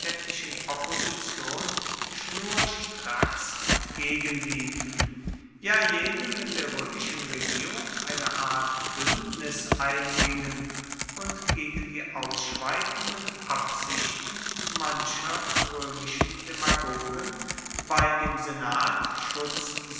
opposition schnurstracks entgegenliefen ja jene mit der römischen regierung eine art bündnis eingingen und gegen die ausschweifenden absichten mancher römischen demagogen bei dem senat schutz